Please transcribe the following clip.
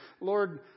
Lord